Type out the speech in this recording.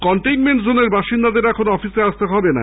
containment জোনের বাসিন্দাদের এখন অফিসে আসতে হবে না